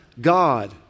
God